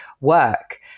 work